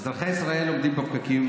אזרחי ישראל עומדים בפקקים